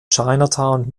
chinatown